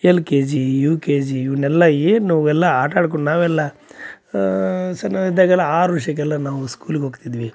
L K G U K G ಇವನ್ನೆಲ್ಲ ಏನು ಅವೆಲ್ಲ ಆಟ ಆಡ್ಕೊಂಡು ನಾವೆಲ್ಲ ಸಣ್ಣವು ಇದ್ದಾಗೆಲ್ಲ ಆರು ವರ್ಷಕೆಲ್ಲ ನಾವು ಸ್ಕೂಲಗೆ ಹೋಗ್ತಿದ್ವಿ